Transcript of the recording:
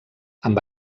amb